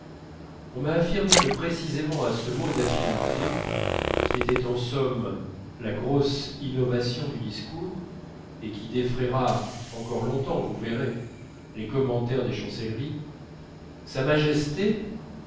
on m'a affirmé que précisément à ce mot d affinités qui était en somme la grosse innovation du discours et qui défraiera encore longtemps vous verrez les commentaires des chancelleries sa majesté